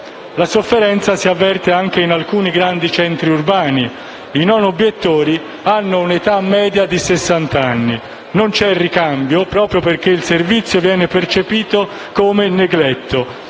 La sofferenza si avverte anche in alcuni grandi centri urbani. I non obiettori hanno un'età media di sessant'anni; non c'è ricambio proprio perché il servizio viene concepito come negletto,